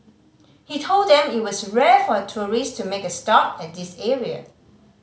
he told them that it was rare for tourist to make a stop at this area